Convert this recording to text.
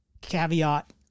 caveat